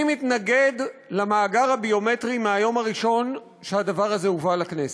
אני מתנגד למאגר הביומטרי מהיום הראשון שהדבר הזה הובא לכנסת,